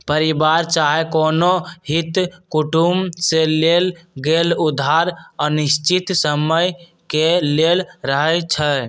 परिवार चाहे कोनो हित कुटुम से लेल गेल उधार अनिश्चित समय के लेल रहै छइ